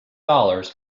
dollars